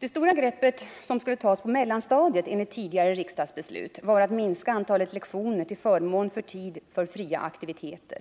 Det stora greppet som skulle tas på mellanstadiet enligt tidigare riksdagsbeslut var att minska antalet lektioner till förmån för tid för fria aktiviteter.